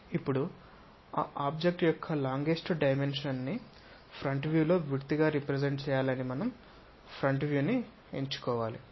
ఇప్పుడు ఒక ఆబ్జెక్ట్ యొక్క లాంగెస్ట్ డైమెన్షన్ ని ఫ్రంట్ వ్యూ లో విడ్త్ గా రెప్రెసెంట్ చేయాలని మనం ఫ్రంట్ వ్యూ ను ఎంచుకోవాలి